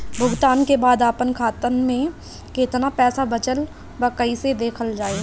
भुगतान के बाद आपन खाता में केतना पैसा बचल ब कइसे देखल जाइ?